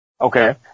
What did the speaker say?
Okay